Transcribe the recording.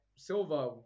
Silver